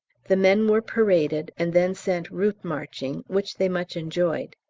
the men were paraded, and then sent route-marching, which they much enjoyed.